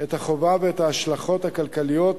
את החובה ואת ההשלכות הכלכליות